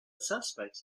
suspects